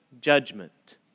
judgment